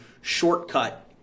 shortcut